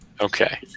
Okay